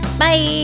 Bye